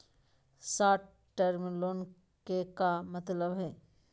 Short term loan के का मतलब हई?